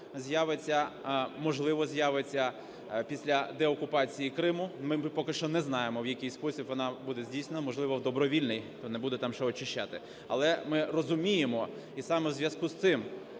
з'явиться, можливо, з'явиться після деокупації Криму. Ми поки що не знаємо, в який спосіб вона буде здійснена, можливо, в добровільний, і не буде там що очищати. Але ми розуміємо і саме у зв'язку з цим